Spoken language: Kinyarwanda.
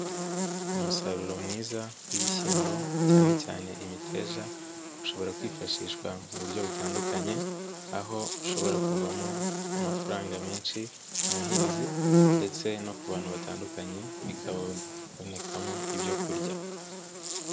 Umusaruro mwiza w'ibishyimbo cyane cyane imiteja ushobora kwifashishwa mu buryo butandukanye aho ushobora kuvamo amafaranga menshi ku muhinzi ndetse no ku bantu batandukanye bikabonekamo ibyo kurya.